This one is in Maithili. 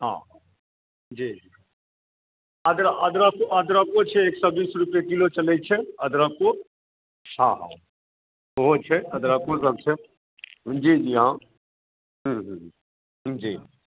आ जी अदर अदरको अदरको छै एक सए बीस रुपये किलो चलैत छै अदरको हँ हँ ओहो छै अदरक मदरक छै जी जी हाँ हूँ हूँ हूँ जी